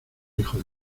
hijo